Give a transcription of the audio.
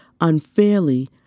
unfairly